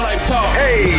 Hey